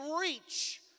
reach